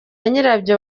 nyirabyo